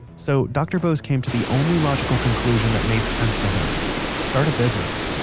so dr. bose came to the only logical conclusion that made sense to him start a business.